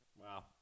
Wow